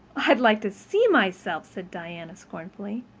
i'd like to see myself, said diana scornfully.